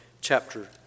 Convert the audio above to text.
chapter